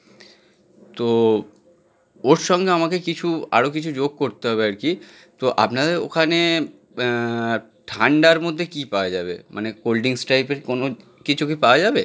তো ওর সঙ্গে আমাকে কিছু আরও কিছু যোগ করতে হবে আর কি তো আপনাদের ওখানে ঠান্ডার মধ্যে কী পাওয়া যাবে মানে কোল্ড ডিঙ্কস ট্রাইপের কোনো কিছু কি পাওয়া যাবে